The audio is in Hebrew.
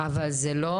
אבל זה לא,